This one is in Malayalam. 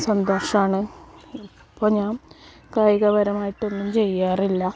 സന്തോഷമാണ് ഇപ്പോൾ ഞാൻ കായികപരമായിട്ട് ഒന്നും ചെയ്യാറില്ല